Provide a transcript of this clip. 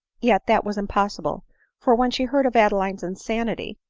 yet that was impossible for, when she heard of ade line's insanity,